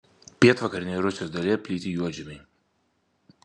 pietvakarinėje rusijos dalyje plyti juodžemiai